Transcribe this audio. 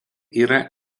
yra